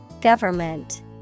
Government